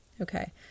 Okay